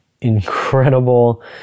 incredible